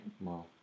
Wow